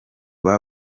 baba